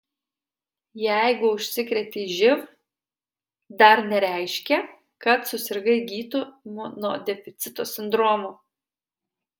jeigu užsikrėtei živ dar nereiškia kad susirgai įgytu imunodeficito sindromu